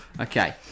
Okay